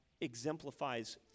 exemplifies